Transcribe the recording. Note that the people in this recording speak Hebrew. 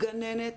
גננת